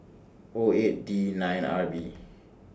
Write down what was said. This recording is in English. O eight D nine R B